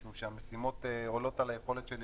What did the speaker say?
משום שהמשימות עולות על היכולת שלי.